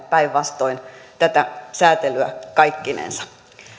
päinvastoin lisäisimme tätä sääntelyä kaikkinensa